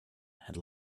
had